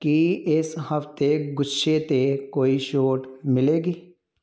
ਕੀ ਇਸ ਹਫ਼ਤੇ ਗੁੱਛੇ 'ਤੇ ਕੋਈ ਛੋਟ ਮਿਲੇਗੀ